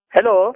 Hello